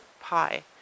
pie